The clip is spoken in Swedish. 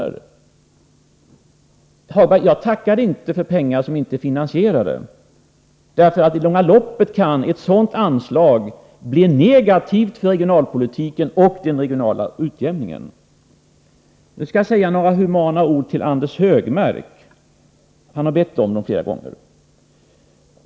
Herr Hagberg, jag tackar inte för pengar som inte är finansierade, därför att i det långa loppet kan ett sådant anslag bli negativt för regionalpolitiken och för den regionala utjämningen. Nu skall jag säga några humana ord till Anders Högmark; han har bett om dem flera gånger.